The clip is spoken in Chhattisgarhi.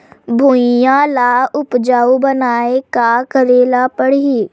भुइयां ल उपजाऊ बनाये का करे ल पड़ही?